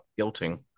guilting